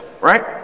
Right